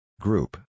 Group